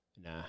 Nah